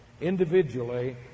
individually